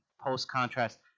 post-contrast